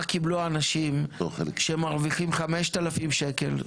מה קיבלו האנשים שמרוויחים 5,000 שקלים,